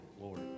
Lord